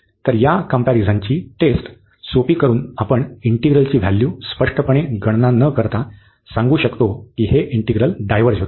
तर या कम्पॅरिझनची टेस्ट सोपी करून आपण इंटिग्रलची व्हॅल्यू स्पष्टपणे गणना न करता सांगू शकतो की हे इंटिग्रल डायव्हर्ज होते